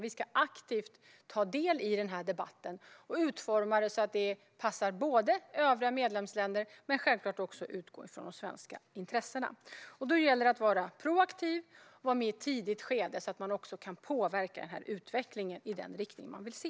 Vi ska aktivt ta del i debatten och utforma detta så att det passar övriga medlemsländer men självklart också utgå från de svenska intressena. Då gäller det att vara proaktiv och vara med i ett tidigt skede, så att man kan påverka utvecklingen i den riktning man vill se.